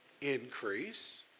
Increase